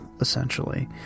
essentially